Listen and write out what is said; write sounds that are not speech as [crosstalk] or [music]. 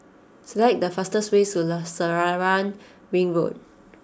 select the fastest way [hesitation] Selarang Ring Road